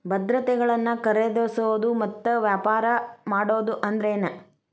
ಭದ್ರತೆಗಳನ್ನ ಖರೇದಿಸೋದು ಮತ್ತ ವ್ಯಾಪಾರ ಮಾಡೋದ್ ಅಂದ್ರೆನ